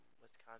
Wisconsin